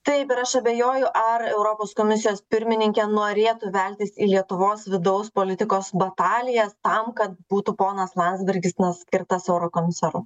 taip ir aš abejoju ar europos komisijos pirmininkė norėtų veltis į lietuvos vidaus politikos batalijas tam kad būtų ponas landsbergis na skirtas eurokomisaru